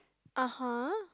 (uh huh)